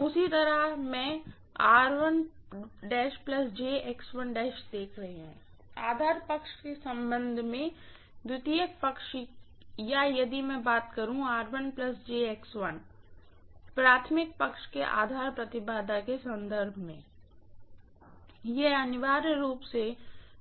उसी तरह चाहे मैं देख रही हूँ आधार साइड के संबंध में सेकेंडरी साइड या यदि मैं बात करूं प्राइमरीसाइड के आधार इम्पीडेन्स के संदर्भ में यह अनिवार्य रूप से